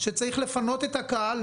כשצריך לפנות את הקהל.